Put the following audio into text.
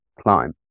climb